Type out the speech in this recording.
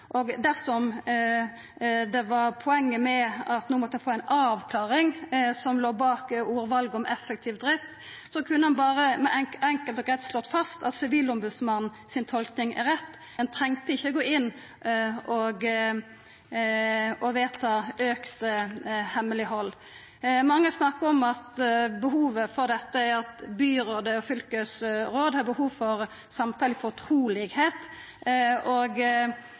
og dersom det var poenget med at ein no måtte få ei avklaring – som låg bak orda «effektiv drift» – så kunne ein berre enkelt og greitt slått fast at Sivilombodsmannen si tolking er rett, ein trong ikkje gå inn og vedta auka hemmeleghald. Mange snakkar om at behovet for dette er at byråd og fylkesråd har behov for